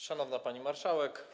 Szanowna Pani Marszałek!